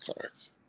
cards